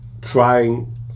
trying